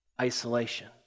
Isolation